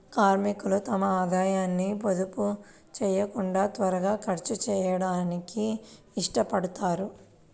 కార్మికులు తమ ఆదాయాన్ని పొదుపు చేయకుండా త్వరగా ఖర్చు చేయడానికి ఇష్టపడతారు